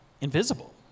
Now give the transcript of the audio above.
invisible